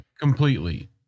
completely